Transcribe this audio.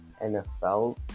NFL